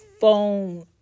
phone